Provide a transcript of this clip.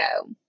go